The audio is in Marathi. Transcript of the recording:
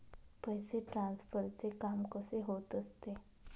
पैसे ट्रान्सफरचे काम कसे होत असते?